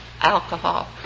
Alcohol